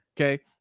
Okay